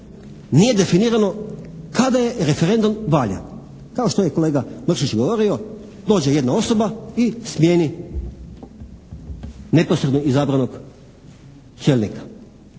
nije definirano kada je referendum valjan. Kao što je i kolega Mršić govorio, dođe jedna osoba i smijeni neposredno izabranog čelnika.